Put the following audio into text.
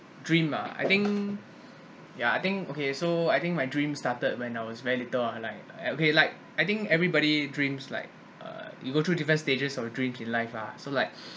dream ah I think yeah I think okay so I think my dream started when I was very little ah okay like I think everybody dreams like uh you go through different stages of dream in life ah so like